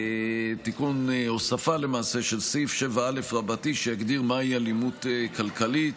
הוספה של סעיף 7א, שיגדיר מהי אלימות כלכלית.